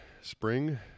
spring